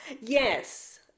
Yes